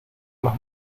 los